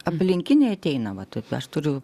aplinkiniai ateina va taip aš turiu